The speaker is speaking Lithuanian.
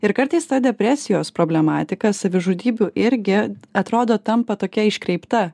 ir kartais ta depresijos problematika savižudybių irgi atrodo tampa tokia iškreipta